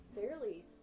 fairly